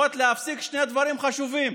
צריכות להפסיק שני דברים חשובים: